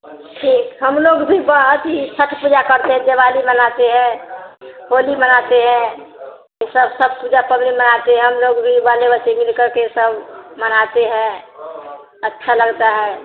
ठीक हम लोग भी वा अथि छठ पूजा करते हैं दिवाली मानते हैं होली मनाते हैं ये सब सब पूजा मना के हम लोग भी वाले बच्चे के लिए करके सब मनाते हैं अच्छा लगता है